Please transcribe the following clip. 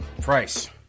Price